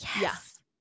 yes